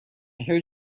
heard